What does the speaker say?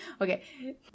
okay